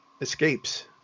escapes